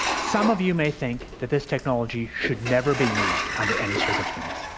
some of you may think that this technology should never be used under any circumstances.